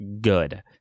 good